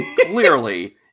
clearly